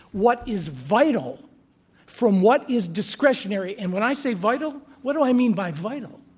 what is vital from what is discretionary. and when i say, vital, what do i mean by vital?